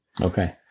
Okay